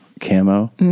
camo